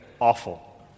awful